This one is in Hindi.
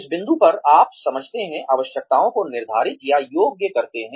इस बिंदु पर आप समझाते हैं आवश्यकताओं को निर्धारित या योग्य करते हैं